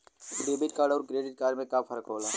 Debit card अउर credit card में का फर्क होला?